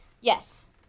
yes